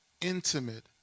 intimate